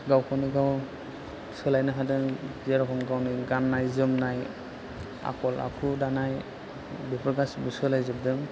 गावखौनो गाव सोलायनो हादों जेर'खम गावनि गान्नाय जोमनाय आखल आखु दानाय बेफोर गासिबो सोलायजोबदों